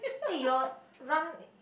eh your run